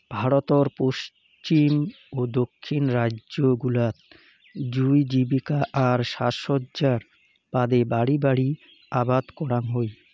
ভারতর পশ্চিম ও দক্ষিণ রাইজ্য গুলাত জুঁই জীবিকা আর সাজসজ্জার বাদে বাড়ি বাড়ি আবাদ করাং হই